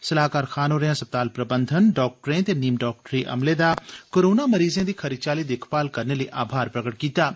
सलाहकार खान होरें अस्पताल प्रबंधन डाक्टरें ते नीम डाक्टरी अमले दा कोरोना मरीजें दी खरी चाल्ली दिक्खभाल करने लेई आभार प्रगट कीता ऐ